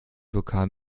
vulkan